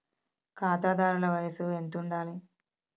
ఖాతాదారుల వయసు ఎంతుండాలి?